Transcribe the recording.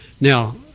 Now